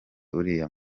uriya